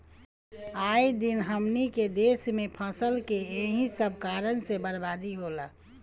आए दिन हमनी के देस में फसल के एही सब कारण से बरबादी होला